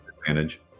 advantage